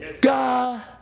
God